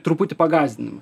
truputį pagąsdinimo